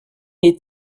est